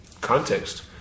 context